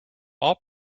all